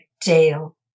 Dale